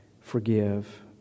forgive